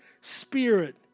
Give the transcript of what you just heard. spirit